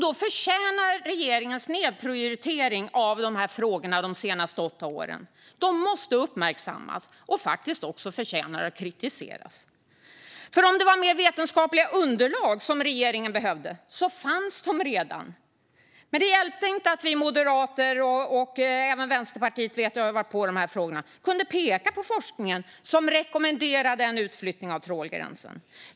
Då förtjänar regeringens nedprioritering av frågorna de senaste åtta åren att såväl uppmärksammas som kritiseras. Om det var mer vetenskapliga underlag som regeringen behövde fanns dessa redan. Men det hjälpte inte att vi moderater - jag vet att även Vänsterpartiet har legat på i de här frågorna - kunde peka på forskning som rekommenderade en utflyttning av trålgränsen.